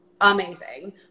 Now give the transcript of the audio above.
amazing